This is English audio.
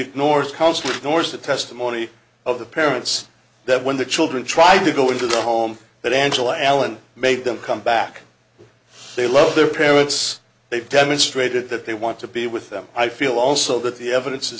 ignores council north the testimony of the parents that when the children tried to go into the home that angela allen made them come back they love their parents they've demonstrated that they want to be with them i feel also that the evidence is